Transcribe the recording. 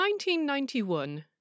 1991